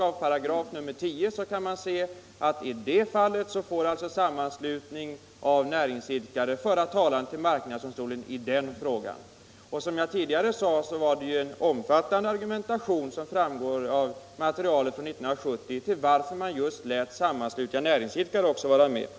I sådana frågor får enligt 10 § sammanslutning av näringsidkare föra talan vid marknadsdomstolen. Som jag tidigare sade finns det i materialet från 1970 en omfattande argumentation för varför man lät också sammanslutningar av näringsidkare vara med.